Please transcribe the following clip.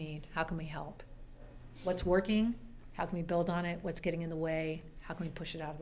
need how can we help what's working how can we build on it what's getting in the way how can we push it out